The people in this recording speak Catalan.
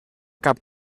cap